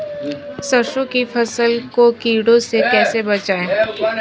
सरसों की फसल को कीड़ों से कैसे बचाएँ?